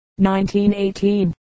1918